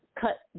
cut